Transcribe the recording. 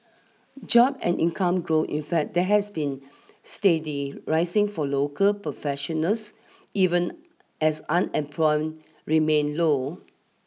job and income growth in fact have been steadily rising for local professionals even as unemployment remained low